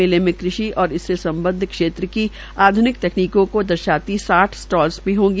मेंले में कृषि और इससे संमदध क्षेत्र की आध्निक तकनीकों को दर्शाती साठ स्टालस भी होगी